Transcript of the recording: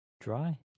Dry